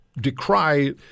decry